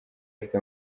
afite